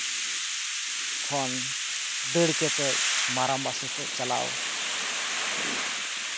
ᱠᱷᱚᱱ ᱫᱟᱹᱲ ᱠᱟᱛᱮᱫ ᱢᱟᱨᱟᱝᱵᱟ ᱥᱟᱛᱮᱜ ᱪᱟᱞᱟᱣ